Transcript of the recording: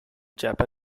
chapel